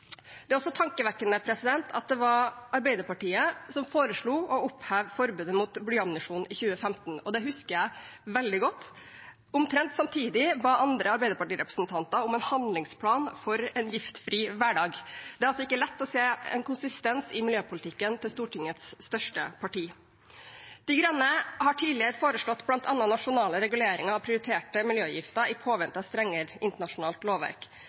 Det er også tankevekkende at det var Arbeiderpartiet som foreslo å oppheve forbudet mot blyammunisjon i 2015, og det husker jeg veldig godt. Omtrent samtidig ba andre Arbeiderparti-representanter om en handlingsplan for en giftfri hverdag. Det er altså ikke lett å se en konsistens i miljøpolitikken til Stortingets største parti. De Grønne har tidligere foreslått bl.a. nasjonale reguleringer av prioriterte miljøgifter i påvente av strengere internasjonalt lovverk.